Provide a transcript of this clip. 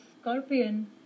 scorpion